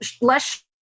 less